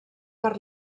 per